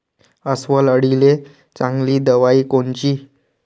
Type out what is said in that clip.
अस्वल अळीले चांगली दवाई कोनची?